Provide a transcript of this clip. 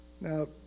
Now